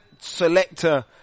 Selector